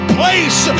place